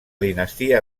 dinastía